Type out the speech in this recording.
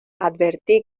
advertí